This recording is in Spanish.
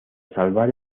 salvar